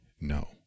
no